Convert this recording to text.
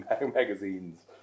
magazines